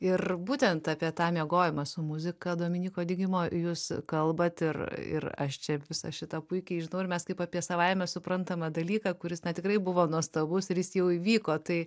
ir būtent apie tą miegojimą su muzika dominyko digimo jūs kalbat ir ir aš čia visą šitą puikiai žinau ir mes kaip apie savaime suprantamą dalyką kuris na tikrai buvo nuostabus ir jis jau įvyko tai